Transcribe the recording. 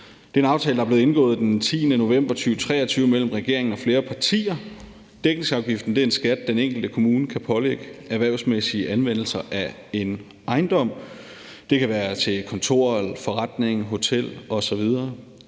Det er en aftale, der er blevet indgået den 10. november 2023 mellem regeringen og flere partier. Dækningsafgiften er en skat, den enkelte kommune kan pålægge erhvervsmæssige anvendelser af en ejendom. Det kan være til kontor, forretning, hotel osv.